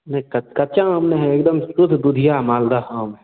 नहीं कच कच्चा आम नहीं है एक दम शुद्ध दुधिया मालदा आम है